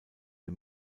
der